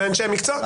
המקצוע.